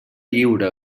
lliure